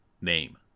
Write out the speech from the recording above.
name